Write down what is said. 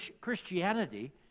Christianity